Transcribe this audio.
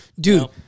dude